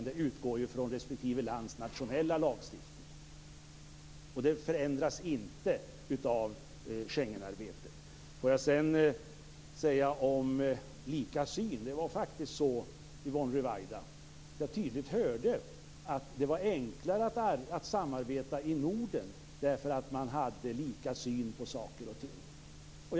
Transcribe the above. Det utgår från respektive lands nationella lagstiftning. Den förändras inte av Schengensamarbetet. Jag vill sedan kommentera det som sades om samma syn. Jag hörde tydligt att Yvonne Ruwaida sade att det är enklare att samarbeta i Norden därför att man har samma syn på saker och ting.